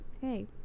hey